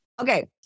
Okay